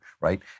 Right